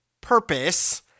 purpose